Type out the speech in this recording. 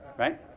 Right